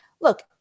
look